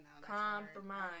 Compromise